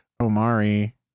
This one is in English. Omari